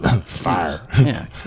fire